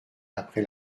après